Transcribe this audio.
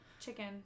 Chicken